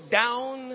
down